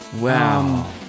Wow